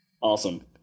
Awesome